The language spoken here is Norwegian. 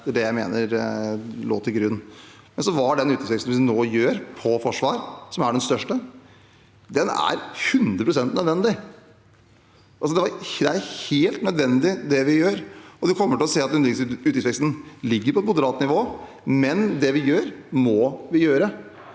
det er det jeg mener lå til grunn. Den utgiftsveksten vi nå gjør på forsvar, som er den største, den er 100 pst. nødvendig. Det er helt nødvendig, det vi gjør. Man kommer til å se at utgiftsveksten ligger på et moderat nivå, men det vi gjør, må vi gjøre.